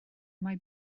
mae